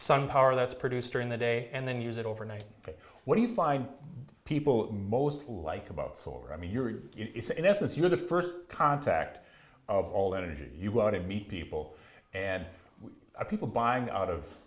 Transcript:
sun power that's produced during the day and then use it overnight what do you find people most like about solar i mean you're in essence you're the first contact of all energy you go out and meet people and a people buying out of